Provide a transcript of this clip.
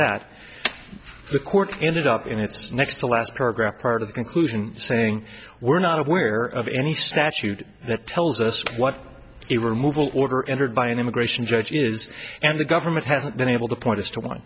that the court ended up in its next to last paragraph part of the conclusion saying we're not aware of any statute that tells us what a removal order entered by an immigration judge is and the government hasn't been able to point